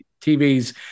TVs